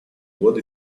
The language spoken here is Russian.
годы